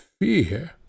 fear